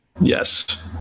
yes